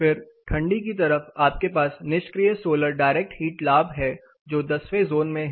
फिर ठंडी की तरफ आपके पास निष्क्रिय सोलर डायरेक्ट हीट लाभ है जो दसवें जोन में है